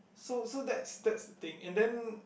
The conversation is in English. so so that's that's the thing and then